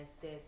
says